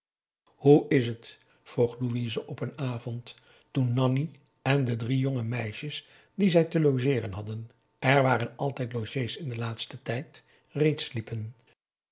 hoe is het vroeg louise op een avond toen nanni en de drie jonge meisjes die zij te logeeren hadden er waren altijd logés in den laatsten tijd reeds sliepen